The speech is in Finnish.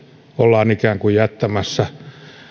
ollaan ikään kuin jättämässä